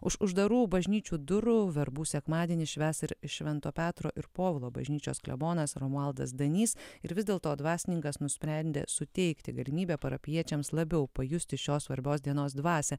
už uždarų bažnyčių durų verbų sekmadienį švęs ir švento petro ir povilo bažnyčios klebonas romualdas danys ir vis dėlto dvasininkas nusprendė suteikti galimybę parapijiečiams labiau pajusti šios svarbios dienos dvasią